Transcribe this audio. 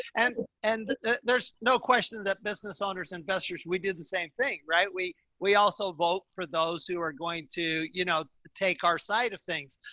and, and there's no question that business owners, investors, we did the same thing, right? we, we also vote for those who are going to, you know, take our side of things.